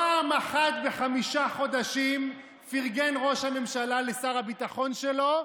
פעם אחת בחמישה חודשים פרגן ראש הממשלה לשר הביטחון שלו,